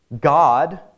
God